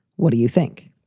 what do you think?